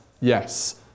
Yes